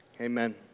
Amen